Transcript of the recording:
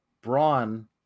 Braun